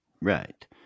Right